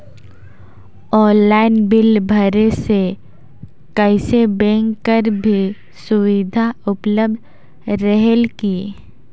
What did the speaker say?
Online bill भरे से कइसे बैंक कर भी सुविधा उपलब्ध रेहेल की?